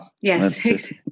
Yes